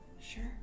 sure